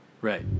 Right